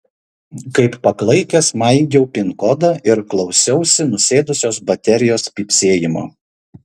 kaip paklaikęs maigiau pin kodą ir klausiausi nusėdusios baterijos pypsėjimo